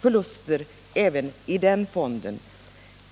förluster även i den aktuella fonden.